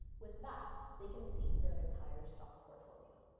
with that they can see their entire stock portfolio.